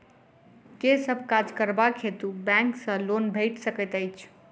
केँ सब काज करबाक हेतु बैंक सँ लोन भेटि सकैत अछि?